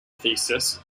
thesis